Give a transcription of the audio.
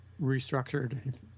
restructured